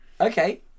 Okay